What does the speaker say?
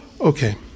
Okay